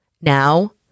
Now